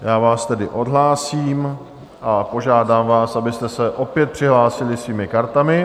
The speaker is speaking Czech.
Já vás tedy odhlásím a požádám vás, abyste se opět přihlásili svými kartami.